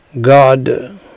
God